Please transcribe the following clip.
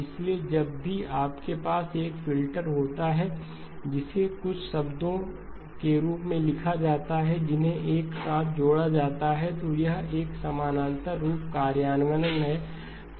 इसलिए जब भी आपके पास एक फ़िल्टर होता है जिसे कुछ शब्दों के रूप में लिखा जाता है जिन्हें एक साथ जोड़ा जाता है तो यह एक समानांतर रूप कार्यान्वयन है